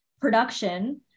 production